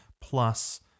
plus